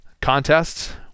contests